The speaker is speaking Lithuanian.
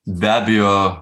be abejo